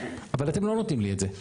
אבל אתם לא נותנים לי את זה,